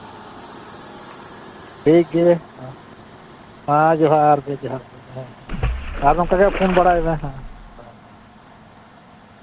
ᱴᱷᱤᱠᱜᱮᱭᱟ ᱢᱟ ᱦᱮᱸ ᱡᱚᱦᱟᱨ ᱜᱮ ᱡᱚᱦᱟᱨ ᱜᱮ ᱦᱮᱸ ᱦᱮᱸ ᱟᱨᱚ ᱱᱚᱝᱠᱟ ᱜᱮ ᱯᱷᱳᱱ ᱵᱟᱲᱟᱭ ᱢᱮ ᱦᱮᱸ ᱦᱮᱸ